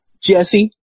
Jesse